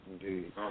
Indeed